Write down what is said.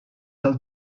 have